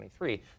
2023